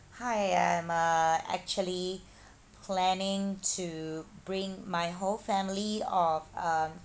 hi I'm uh actually planning to bring my whole family of um